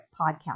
podcast